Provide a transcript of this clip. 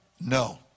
No